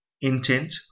intent